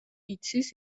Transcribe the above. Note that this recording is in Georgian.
იცის